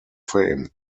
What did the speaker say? fame